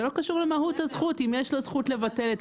זה לא קשור למהות הזכות, אם יש לו זכות לבטל.